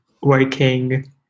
working